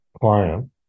client